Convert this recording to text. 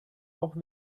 auch